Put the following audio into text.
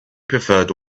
preferred